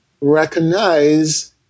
recognize